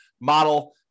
model